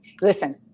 listen